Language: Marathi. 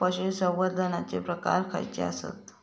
पशुसंवर्धनाचे प्रकार खयचे आसत?